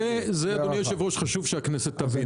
אדוני היושב-ראש, את זה חשוב שהכנסת תבין.